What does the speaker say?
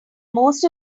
most